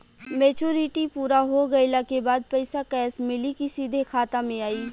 Maturity पूरा हो गइला के बाद पईसा कैश मिली की सीधे खाता में आई?